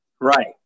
Right